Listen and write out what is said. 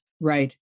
Right